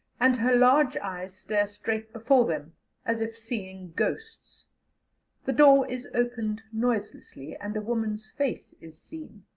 and her large eyes stare straight before them as if seeing ghosts the door is opened noiselessly and a woman's face is seen.